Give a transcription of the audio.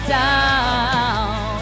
down